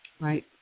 Right